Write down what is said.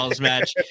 match